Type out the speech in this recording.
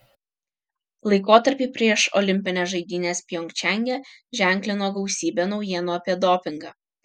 laikotarpį prieš olimpines žaidynes pjongčange ženklino gausybė naujienų apie dopingą